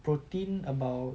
protein about